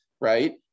right